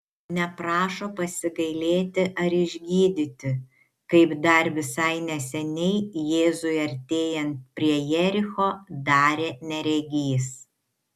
neprašo pasigailėti ar išgydyti kaip dar visai neseniai jėzui artėjant prie jericho darė neregys